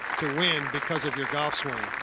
to win because of your golf swing.